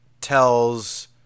tells